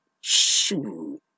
shoo